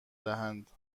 دهند